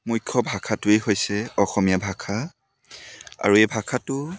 মুখ্য ভাষাটোৱেই হৈছে অসমীয়া ভাষা আৰু এই ভাষাটো